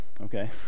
okay